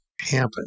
happen